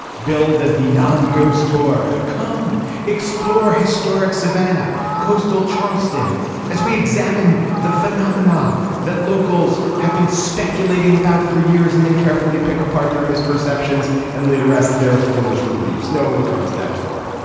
billed as the non ghost tour come explore historic savannah coastal charleston as we examine the phenomena that locals have been speculating about for years and then carefully pick apart their misperceptions and lay to rest their foolish beliefs. no one would come to that tour.